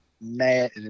mad